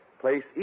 Place